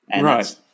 Right